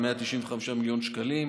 195 מיליון שקלים.